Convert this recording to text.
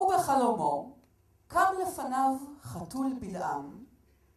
ובחלומו קם לפניו חתול בלעם.